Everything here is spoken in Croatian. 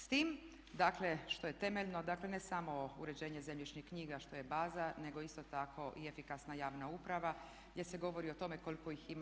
S tim dakle što je temeljno dakle ne samo uređenje zemljišnih knjiga što je baza nego isto tako i efikasna javna uprava gdje se govori o tome koliko ih ima.